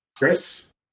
Chris